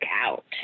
out